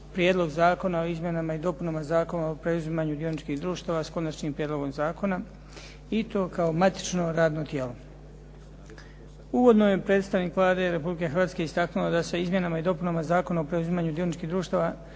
Prijedlog zakona o izmjenama i dopunama Zakona o preuzimanju dioničkih društava s konačnim prijedlogom zakona i to kao matično radno tijelo. Uvodno je predstavnik Vlade Republike Hrvatske istaknuo da se izmjenama i dopunama Zakona o preuzimanju dioničkih društava